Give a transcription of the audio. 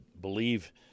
believe